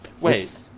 Wait